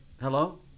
Hello